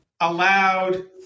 allowed